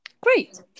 Great